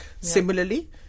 Similarly